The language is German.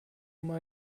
mal